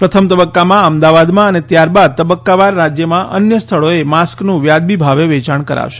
પ્રથમ તબક્કામાં અમદાવાદમાં અને ત્યારબાદ તબક્કાવાર રાજ્યમાં અન્ય સ્થળોએ માસ્કનું વાજબી ભાવે વેચાણ કરાશે